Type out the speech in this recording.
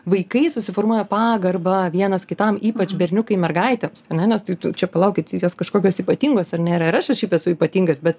vaikai susiformuoja pagarbą vienas kitam ypač berniukai mergaitėms a ne nes tai tu čia palaukit jos kažkokios ypatingos ar ne yra ir aš šiaip esu ypatingas bet